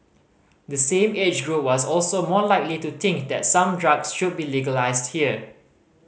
the same age group was also more likely to think that some drugs should be legalised here